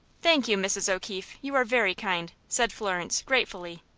thank you, mrs. o'keefe, you are very kind, said florence, gratefully.